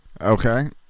Okay